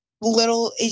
little